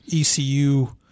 ECU